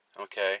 Okay